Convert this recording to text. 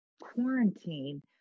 quarantine